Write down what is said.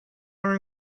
are